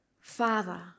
Father